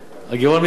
הגירעון המצטבר,